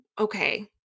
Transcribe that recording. okay